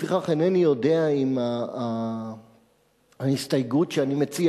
ולפיכך אינני יודע אם ההסתייגות שאני מציע